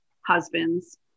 husbands